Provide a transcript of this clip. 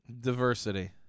diversity